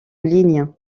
ligne